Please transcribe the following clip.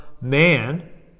man